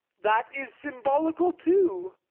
that is symbolical too.